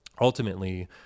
ultimately